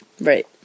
Right